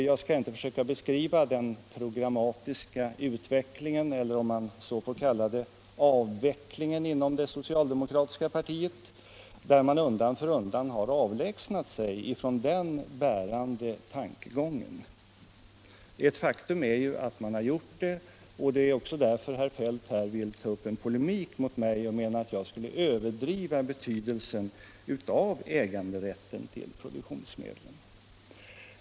Jag skall inte försöka beskriva den programmatiska utvecklingen eller — om man så får kalla den — avvecklingen inom det socialdemokratiska partiet, där man undan för undan har avlägsnat sig från den bärande tankegången. Ett faktum är ju att man har gjort det, och det är också därför som herr Feldt här ville ta upp en polemik mot mig och menar att jag skulle överdriva betydelsen av äganderätten till produktionsmedlen.